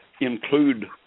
include